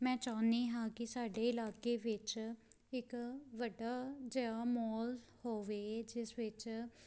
ਮੈਂ ਚਾਹੁੰਦੀ ਹਾਂ ਕਿ ਸਾਡੇ ਇਲਾਕੇ ਵਿੱਚ ਇੱਕ ਵੱਡਾ ਜਿਹਾ ਮੋਲ ਹੋਵੇ ਜਿਸ ਵਿੱਚ